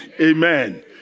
Amen